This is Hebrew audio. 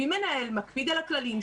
ואם מנהל מקפיד על הכללים,